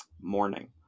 Morning